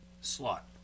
slot